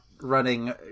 running